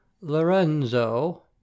Lorenzo